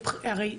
הרי,